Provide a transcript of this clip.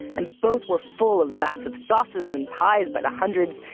and both were full of vats of sauces and pies by the hundreds,